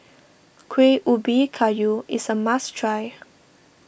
Kuih Ubi Kayu is a must try